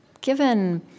given